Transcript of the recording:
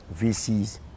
VCs